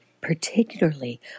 particularly